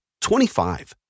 25